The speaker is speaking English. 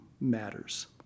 matters